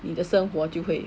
你的生活就会